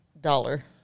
dollar